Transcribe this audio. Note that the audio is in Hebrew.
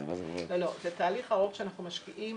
זה תהליך ארוך שאנחנו משקיעים,